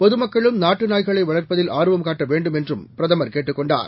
பொதுமக்களும்நாட்டுநாய்களைவளர்ப்பதில்ஆர்வம்காட்ட வேண்டும்என்றுபிரதமர்கேட்டுக்கொண்டார்